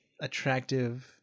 attractive